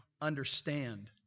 understand